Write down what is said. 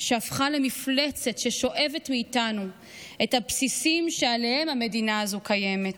שהפכה למפלצת ששואבת מאיתנו את הבסיסים שעליהם המדינה הזו קיימת,